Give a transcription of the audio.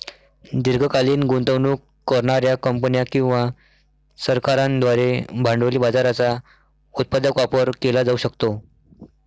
दीर्घकालीन गुंतवणूक करणार्या कंपन्या किंवा सरकारांद्वारे भांडवली बाजाराचा उत्पादक वापर केला जाऊ शकतो